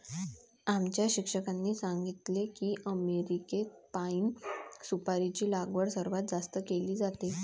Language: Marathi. आमच्या शिक्षकांनी सांगितले की अमेरिकेत पाइन सुपारीची लागवड सर्वात जास्त केली जाते